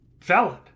Valid